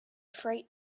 freight